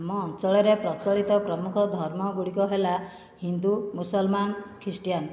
ଆମ ଅଞ୍ଚଳରେ ପ୍ରଚଳିତ ପ୍ରମୁଖ ଧର୍ମ ଗୁଡ଼ିକ ହେଲା ହିନ୍ଦୁ ମୁସଲମାନ ଖ୍ରୀଷ୍ଟିୟାନ